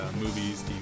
movies